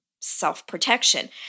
self-protection